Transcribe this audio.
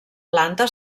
planta